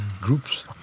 groups